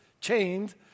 chained